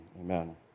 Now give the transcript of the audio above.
amen